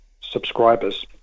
subscribers